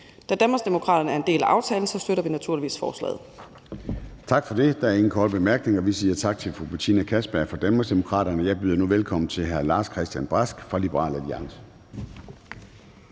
Da Danmarksdemokraterne er en del af aftalen, støtter vi naturligvis forslaget. Kl. 10:59 Formanden (Søren Gade): Tak for det. Der er ingen korte bemærkninger. Vi siger tak til fru Betina Kastbjerg fra Danmarksdemokraterne. Jeg byder nu velkommen til hr. Lars-Christian Brask fra Liberal Alliance.